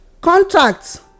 contracts